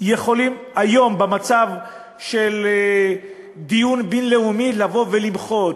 יכולים היום בדיון ביום הבין-לאומי לבוא ולמחות,